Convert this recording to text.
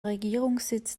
regierungssitz